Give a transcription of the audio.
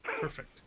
Perfect